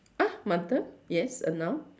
ah mother yes a noun